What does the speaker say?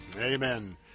Amen